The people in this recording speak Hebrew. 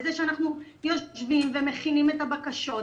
בזה שאנחנו יושבים ומכינים את הבקשות,